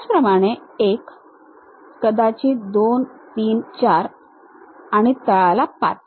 त्याचप्रमाणे 1 कदाचित 2 3 4 आणि एक तळाला 5